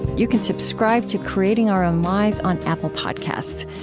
you can subscribe to creating our own lives on apple podcasts.